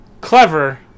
Clever